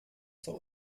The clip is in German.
zur